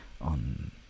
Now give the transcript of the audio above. on